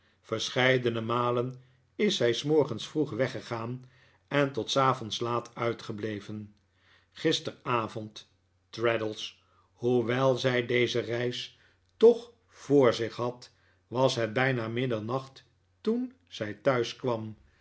verscheidene malen is zij s morgens vroeg weggegaan en tot s avonds laat uitgebleven gisteravond traddles hoewel zij deze reis toeh voor zich had was het bijna middernacht toen zij